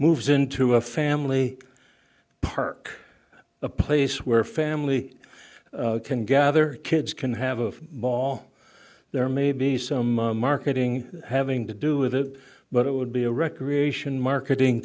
moves into a family park a place where family can gather kids can have a ball there may be some marketing having to do with it but it would be a recreation marketing